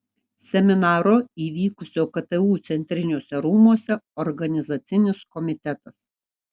seminaro įvykusio ktu centriniuose rūmuose organizacinis komitetas